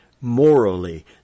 Morally